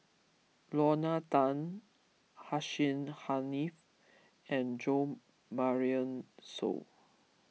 Lorna Tan Hussein Haniff and Jo Marion Seow